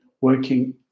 working